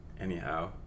Anyhow